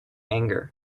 anger